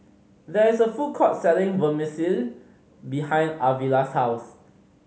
there is a food court selling Vermicelli behind Arvilla's house